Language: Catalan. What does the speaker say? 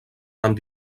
amb